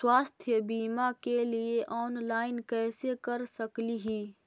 स्वास्थ्य बीमा के लिए ऑनलाइन कैसे कर सकली ही?